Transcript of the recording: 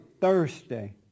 Thursday